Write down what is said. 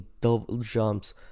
double-jumps